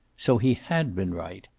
so he had been right.